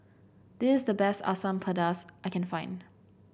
this is the best Asam Pedas I can't find